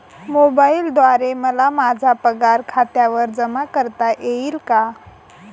मोबाईलद्वारे मला माझा पगार खात्यावर जमा करता येईल का?